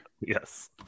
Yes